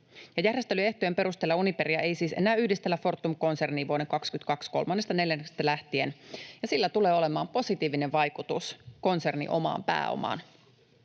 järjestelyehtojen perusteella Uniperiä ei siis enää yhdistellä Fortum-konserniin vuoden 22 kolmannesta neljänneksestä lähtien, ja sillä tulee olemaan positiivinen vaikutus konsernin omaan pääomaan.